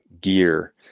gear